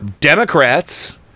Democrats